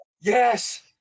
yes